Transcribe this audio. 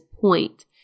point